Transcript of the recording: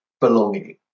belonging